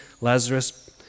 Lazarus